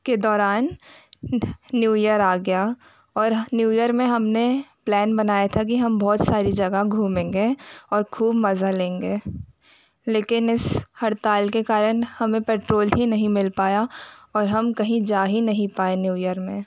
के दौरान new year आ गया और न्यू इयर में हम ने प्लैन बनाया था कि हम बहुत सारी जगह घूमेंगे और ख़ूब मज़ा लेंगे लेकिन इस हड़ताल के कारण हमें पेट्रोल ही नहीं मिल पाया और हम कहीं जा ही नहीं पाए न्यू इयर में